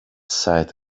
sight